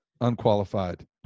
unqualified